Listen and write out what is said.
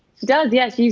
does, yeah.